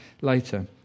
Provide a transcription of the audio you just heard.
later